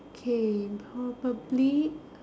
okay probably